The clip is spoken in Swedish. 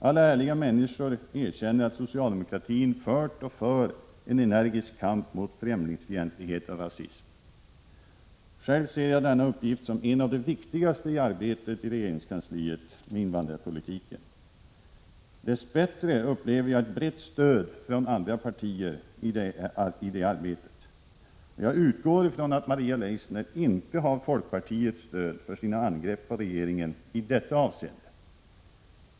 Alla ärliga människor erkänner att socialdemokratin fört och för en energisk kamp mot främlingsfientlighet och rasism. Själv ser jag denna uppgift som en av de viktigaste i arbetet med invandrarpolitiken. Dess bättre upplever jag brett stöd från andra partier i det arbetet. Jag utgår ifrån att Maria Leissner inte har folkpartiets stöd för sina angrepp på regeringen i detta avseende.